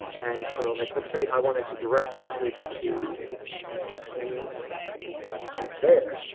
and so like let's say i want to to direct message to tammy yeah right there.